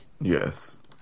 Yes